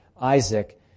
Isaac